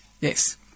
Yes